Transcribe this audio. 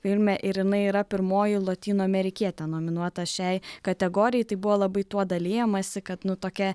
filme ir jinai yra pirmoji lotynų amerikietė nominuota šiai kategorijai tai buvo labai tuo dalijamasi kad nu tokia